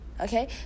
Okay